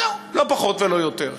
זהו, לא פחות ולא יותר.